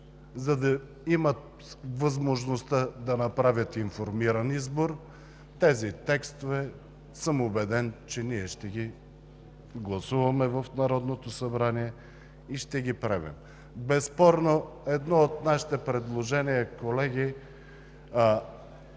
– да имат възможността да направят информиран избор. Убеден съм, че тези текстове ние ще ги гласуваме в Народното събрание и ще ги приемем. Безспорно едно от нашите предложения, колеги,